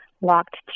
walked